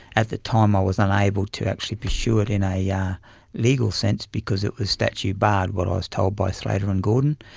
at the time i was unable to actually pursue it in a yeah legal sense because it was statute barred, what i was told by slater and gordon.